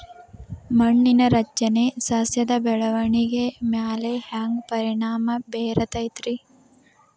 ಮಣ್ಣಿನ ರಚನೆ ಸಸ್ಯದ ಬೆಳವಣಿಗೆ ಮ್ಯಾಲೆ ಹ್ಯಾಂಗ್ ಪರಿಣಾಮ ಬೇರತೈತ್ರಿ?